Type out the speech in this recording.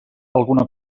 alguna